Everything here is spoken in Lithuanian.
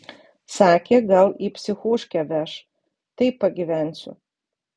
sakė gal į psichuškę veš tai pagyvensiu